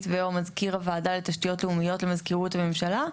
ו/או מזכיר הוועדה לתשתיות לאומיות למזכירות הממשלה,